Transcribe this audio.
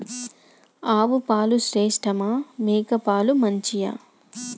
ఆవు పాలు శ్రేష్టమా మేక పాలు మంచియా?